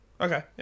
Okay